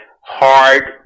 hard